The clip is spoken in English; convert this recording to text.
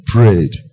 Prayed